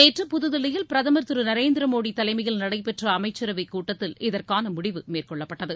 நேற்று புதுதில்லியில் பிரதமர் திரு நர்நதிர மோடி தலைமையில் நடைபெற்ற அமைச்சரவை கூட்டத்தில் இதற்கான முடிவு மேற்கொள்ளப்பட்டது